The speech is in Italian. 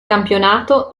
campionato